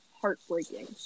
heartbreaking